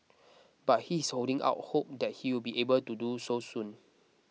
but he is holding out hope that he will be able to do so soon